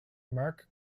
mark